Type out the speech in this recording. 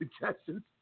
suggestions